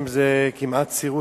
שזה בעצם כמעט סירוס,